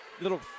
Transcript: Little